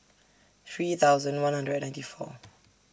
three thousand one hundred ninety four